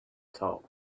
top